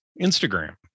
Instagram